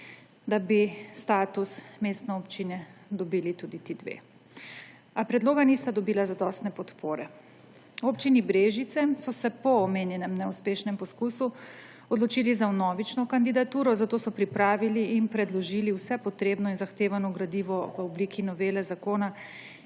da bi status mestne občine dobili tudi ti dve, a predloga nista dobila zadostne podpore. V Občini Brežice so se po omenjenem neuspešnem poskusu odločili za vnovično kandidaturo, zato so pripravili in predložili vse potrebno in zahtevano gradivo v obliki novele zakona,